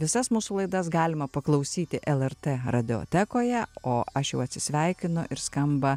visas mūsų laidas galima paklausyti lrt radiotekoje o aš jau atsisveikinu ir skamba